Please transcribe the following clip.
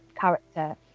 character